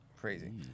Crazy